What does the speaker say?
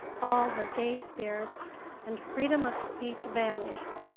all her gay spirits and freedom of speech vanished,